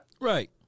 Right